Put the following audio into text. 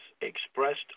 expressed